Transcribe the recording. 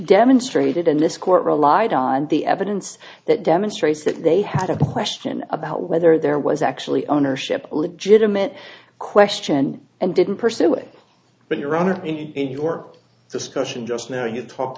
demonstrated in this court relied on the evidence that demonstrates that they had a question about whether there was actually ownership a legitimate question and didn't pursue it but your honor in your discussion just now you talked